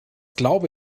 glaube